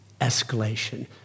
escalation